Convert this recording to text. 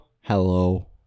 hello